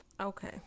Okay